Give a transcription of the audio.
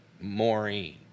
Maureen